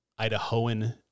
Idahoan